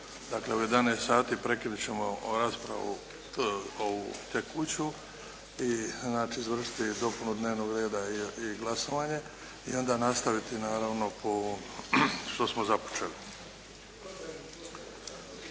Dakle, u 11,00 sati prekinut ćemo raspravu ovu tekuću i znači izvršiti dopunu dnevnog reda i glasovanje i onda nastaviti naravno po, što smo započeli.